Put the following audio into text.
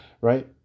right